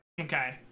Okay